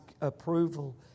approval